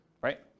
right